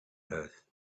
earth